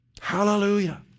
Hallelujah